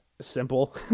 simple